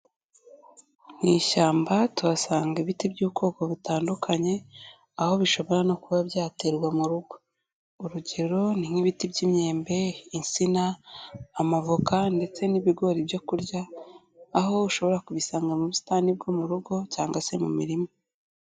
Mu ishyamba tuhasanga ibiti by'ubwoko butandukanye, aho bishobora no kuba byaterwa mu rugo. Urugero: ni nk'ibiti by'imyembe, insina ,amavoka, ndetse n'ibigori byo kurya. Aho ushobora kubisanga mu busitani bwo mu rugo cyangwa se mu murima.